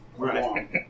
Right